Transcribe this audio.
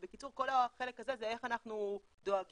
בקיצור כל החלק הזה זה איך אנחנו דואגים